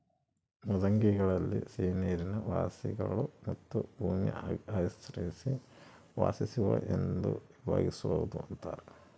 ಮೃದ್ವಂಗ್ವಿಗಳಲ್ಲಿ ಸಿಹಿನೀರಿನ ವಾಸಿಗಳು ಮತ್ತು ಭೂಮಿ ಆಶ್ರಯಿಸಿ ವಾಸಿಸುವ ಎಂದು ವಿಭಾಗಿಸ್ಬೋದು ಅಂತಾರ